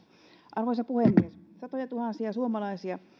arvoisa puhemies satoja tuhansia suomalaisia